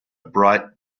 bright